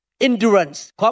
endurance